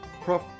Prof